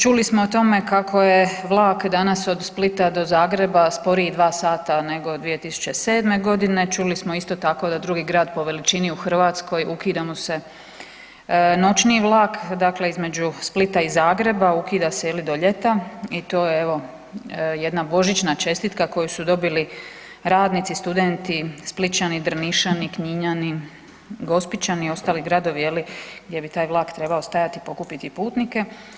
Čuli smo o tome kako je vlak danas od Splita do Zagreba sporiji 2 sata nego 2007. godine, čuli smo isto tako da drugi grad po veličini u Hrvatskoj ukida mu se noćni vlak dakle između Splita i Zagreba ukida se je li do ljeta i to je evo jedna božićna čestitka koju su dobili radnici, studenti Splićani, Drnišani, Kninjani, Gospićani i ostali gradovi jeli gdje bi taj vlak trebao stajati i pokupiti putnike.